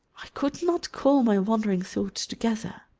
i could not call my wandering thoughts together.